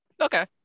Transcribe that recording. Okay